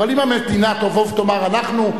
אבל אם המדינה תבוא ותאמר: אנחנו,